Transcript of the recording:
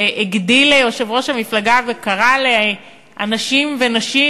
והגדיל יושב-ראש המפלגה וקרא לאנשים ונשים